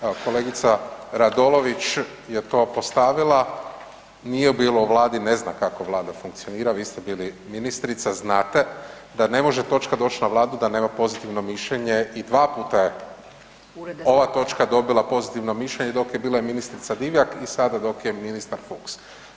Evo kolegica Radolović je to postavila, nije bila u vladi, ne zna kako vlada funkcionira, vi ste bili ministrica, znate da ne može točka doć na vladu da nema pozitivno mišljenje i dva puta je ova točka dobila pozitivno mišljenje i dok je bila i ministrica Divjak i sada dok je ministar Fuchs.